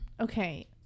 Okay